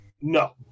No